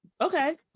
okay